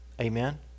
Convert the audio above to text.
Amen